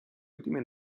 ultime